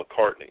McCartney